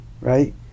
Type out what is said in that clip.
right